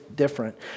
Different